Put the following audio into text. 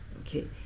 Okay